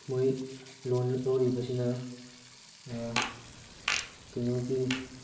ꯃꯣꯏ ꯂꯣꯟ ꯂꯧꯔꯤꯕꯁꯤꯅ ꯀꯩꯅꯣꯒꯤ